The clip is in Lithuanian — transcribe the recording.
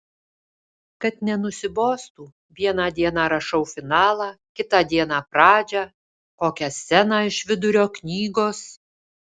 kad nenusibostų vieną dieną rašau finalą kitą dieną pradžią kokią sceną iš vidurio knygos